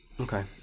okay